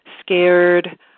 scared